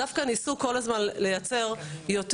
דווקא ניסו כל הזמן לייצר יותר,